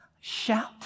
shout